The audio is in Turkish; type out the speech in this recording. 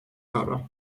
kavram